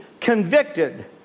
convicted